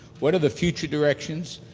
what are the future directions?